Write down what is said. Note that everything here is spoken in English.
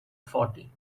forty